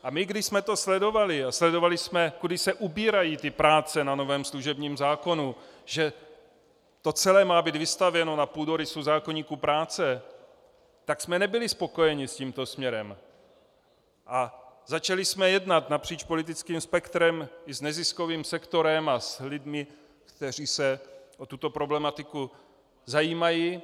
A my když jsme to sledovali a sledovali jsme, kudy se ubírají práce na novém služebním zákonu, že to celé má být vystavěno na půdorysu zákoníku práce, tak jsme nebyli spokojeni s tímto směrem a začali jsme jednat napříč politickým spektrem i s neziskovým sektorem a s lidmi, kteří se o tuto problematiku zajímají.